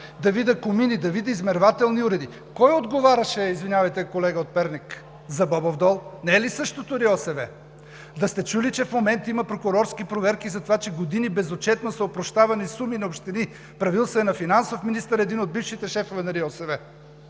да видя комини, да видя измервателни уреди? Кой отговаряше, извинявайте, колега от Перник, за Бобов дол? Не е ли същото РИОСВ? Да сте чули, че в момента има прокурорски проверки за това, че години безотчетно са опрощавани суми на общини? Правил се е на финансов министър един от бившите шефове на РИОСВ.